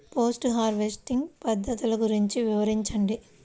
Post harvesting పద్ధతులు గురించి వివరించండి?